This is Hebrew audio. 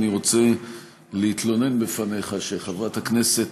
אני רוצה להתלונן בפניך שחברת הכנסת